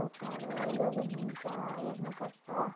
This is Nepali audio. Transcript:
कुखुराहरू लगिदिन्छ हेर्नुपर्छ